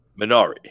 Minari